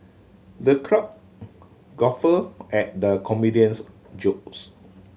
the crowd guffawed at the comedian's jokes